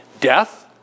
death